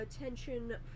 attention